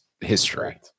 history